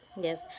yes